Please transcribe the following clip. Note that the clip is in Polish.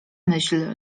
myśl